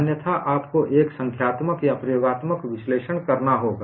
अन्यथा आपको एक संख्यात्मक या प्रयोगात्मक विश्लेषण करना होगा